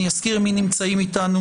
אני אזכיר מי נמצאים איתנו